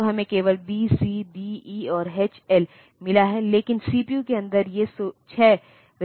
तो यह हेक्सासीमल में 80 है